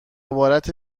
عبارت